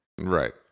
Right